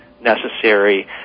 necessary